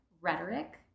rhetoric